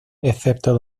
excepto